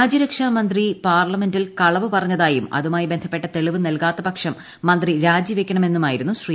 രാജ്യരക്ഷാ മന്ത്രി പാർലമെന്റിൽ കളവു പറഞ്ഞതായും അതുമായി ബന്ധപ്പെട്ട തെളിവു നൽകാത്തപക്ഷം മന്ത്രി രാജിവയ്ക്കണമെന്നുമായിരുന്നു ശ്രീ